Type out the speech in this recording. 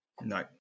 No